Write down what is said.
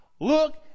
look